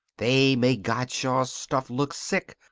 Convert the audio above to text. they make gottschalk's stuff look sick.